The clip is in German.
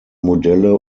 modelle